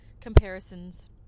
comparisons